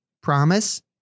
Promise